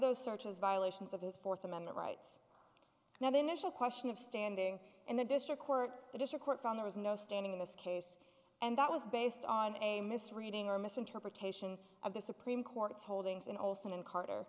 those searches violations of his fourth amendment rights now the initial question of standing in the district court the district court found there was no standing in this case and that was based on a misreading or misinterpretation of the supreme court's holdings in olson and carter